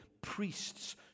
priests